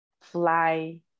fly